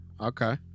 Okay